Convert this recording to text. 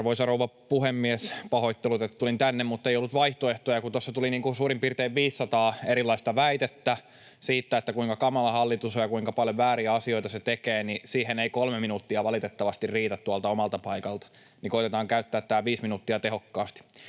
Arvoisa rouva puhemies! Pahoittelut, että tulin tänne puhujakorokkeelle, mutta ei ollut vaihtoehtoja. Kun tuossa tuli suurin piirtein 500 erilaista väitettä siitä, kuinka kamala hallitus on ja kuinka paljon vääriä asioita se tekee, niin siihen ei kolme minuuttia valitettavasti riitä tuolta omalta paikalta. Koetetaan käyttää tämä viisi minuuttia tehokkaasti.